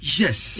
yes